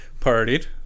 Partied